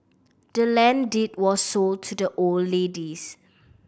the land deed was sold to the old ladies